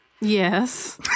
Yes